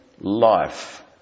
life